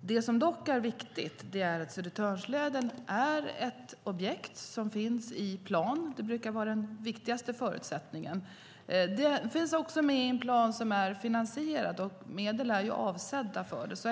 Det som dock är viktigt är att Södertörnsleden är ett objekt som finns i plan. Det brukar vara den viktigaste förutsättningen. Den finns också med i en plan som är finansierad, och medel är avsatta för det.